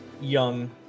young